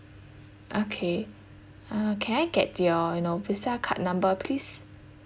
okay uh can I get your you know visa card number please